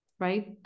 Right